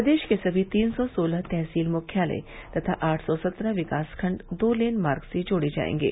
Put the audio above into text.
प्रदेश के सभी तीन सौ सोलह तहसील मुख्यालय तथा आठ सौ सत्रह विकास खण्ड दो लेन मार्ग से जोडे जायेंगे